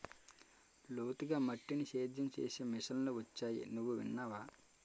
లోతుగా మట్టిని సేద్యం చేసే మిషన్లు వొచ్చాయి నువ్వు విన్నావా?